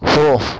हो